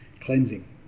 cleansing